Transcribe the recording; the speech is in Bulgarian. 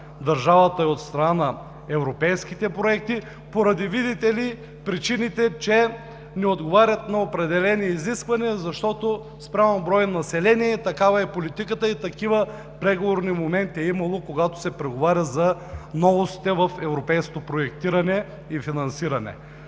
държавата и от страна на европейските проекти, видите ли, поради причините че не отговарят на определени изисквания – спрямо брой население, такава е политиката и такива преговорни моменти е имало, когато се преговаря за новостите в европейското проектиране и финансиране.